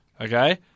okay